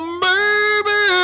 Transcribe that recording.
baby